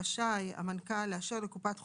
רשאי המנכ"ל לאשר לקופת חולים"